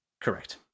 Correct